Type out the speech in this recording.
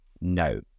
no